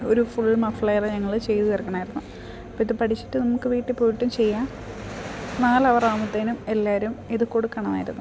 ഒരു ഫുൾ മഫ്ളേറ് ഞങ്ങൾ ചെയ്ത് തീർക്കണമായിരുന്നു അപ്പം ഇത് പഠിച്ചിട്ട് നമുക്ക് വീട്ടിൽ പോയിട്ടും ചെയ്യാം നാല് അവറ് ആവുമ്പത്തേനും എല്ലാരും ഇത് കൊടുക്കണമായിരുന്നു